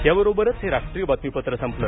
याबरोबरच हे राष्ट्रीय बातमीपत्र संपलं